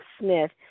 Smith